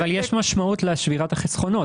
אבל יש משמעות לשבירת החסכונות.